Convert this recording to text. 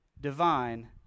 divine